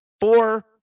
four